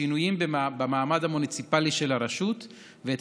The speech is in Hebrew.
שינויים במעמד המוניציפלי של הרשות ואת